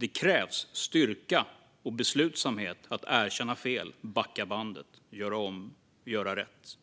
Det krävs styrka och beslutsamhet att erkänna fel, backa bandet, göra om och göra rätt.